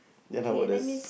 then how about the